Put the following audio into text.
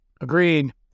Agreed